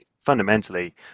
fundamentally